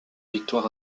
victoire